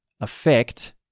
affect